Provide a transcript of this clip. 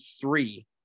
three